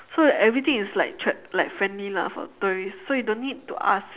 so everything is like tr~ like friendly lah for tourist so you don't need to ask